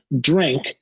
drink